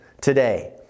today